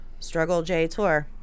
strugglejtour